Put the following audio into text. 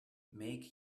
make